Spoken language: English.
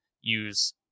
use